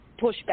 pushback